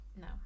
no